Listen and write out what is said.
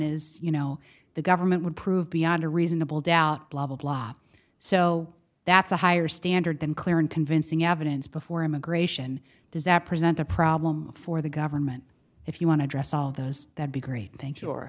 is you know the government would prove beyond a reasonable doubt blah blah blah so that's a higher standard than clear and convincing evidence before immigration does that present a problem for the government if you want to address all those that be great thanks or sure